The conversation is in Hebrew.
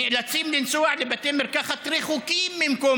נאלצים לנסוע לבתי מרקחת רחוקים ממקום